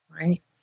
right